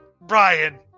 Brian